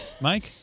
Mike